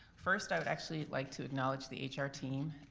first i would actually like to acknowledge the hr team.